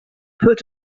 put